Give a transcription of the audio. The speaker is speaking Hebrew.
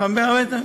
חבר הכנסת,